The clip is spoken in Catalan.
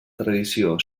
tradició